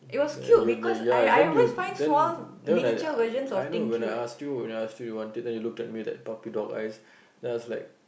and you then ya then you then then when I I know when I ask you when I ask you you wanted you look at me with puppy dog eyes then I was like